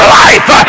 life